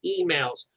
emails